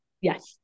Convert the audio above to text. Yes